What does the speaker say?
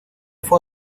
fue